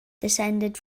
descended